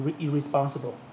irresponsible